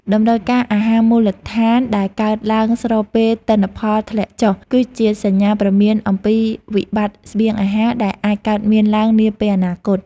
តម្រូវការអាហារមូលដ្ឋានដែលកើនឡើងស្របពេលទិន្នផលធ្លាក់ចុះ គឺជាសញ្ញាព្រមានអំពីវិបត្តិស្បៀងអាហារដែលអាចកើតមានឡើងនាពេលអនាគត។